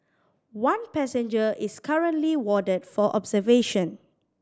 one passenger is currently warded for observation